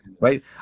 right